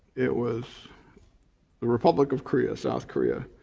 it was the republic of korea, south korea,